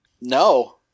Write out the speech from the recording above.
No